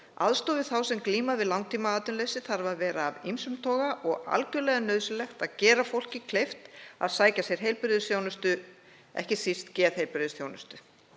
Aðstoð við þá sem glíma við langtímaatvinnuleysi þarf að vera af ýmsum toga og það er algerlega nauðsynlegt að gera fólki kleift að sækja sér heilbrigðisþjónustu, ekki síst geðheilbrigðisþjónustu.